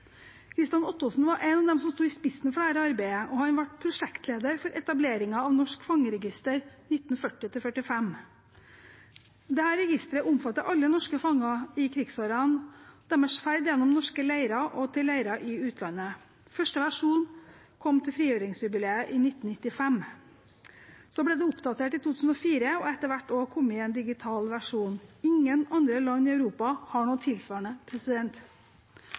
Kristian Ottosen var en av dem som sto i spissen for dette arbeidet, og han var prosjektleder for etableringen av Norsk fangeregister 1940–45. Dette registeret omfatter alle norske fanger i krigsårene og deres ferd gjennom norske leire og til leire i utlandet. Første versjon kom til frigjøringsjubileet i 1995. Det ble oppdatert i 2004, og det har etter hvert også kommet en digital versjon. Ingen andre land i Europa har noe tilsvarende.